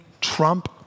trump